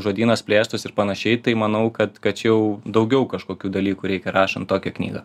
žodynas plėstųsi ir panašiai tai manau kad kad čia jau daugiau kažkokių dalykų reikia rašant tokią knygą